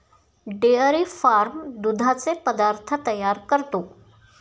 dairy farm दुधाचे पदार्थ तयार करतो